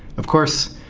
of course,